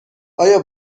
آیا